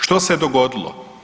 Što se dogodilo?